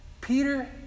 Peter